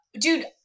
Dude